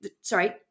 sorry